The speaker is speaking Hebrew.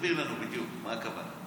תסביר לנו בדיוק מה הכוונה.